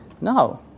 No